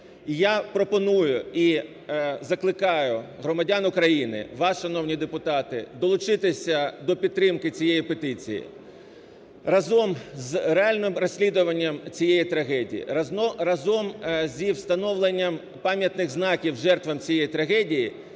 я пропоную і закликаю громадян України, вас, шановні депутати, долучитися до підтримки цієї петиції. Разом з реальним розслідуванням цієї трагедії, разом зі встановленням пам'ятних знаків жертвам цієї трагедії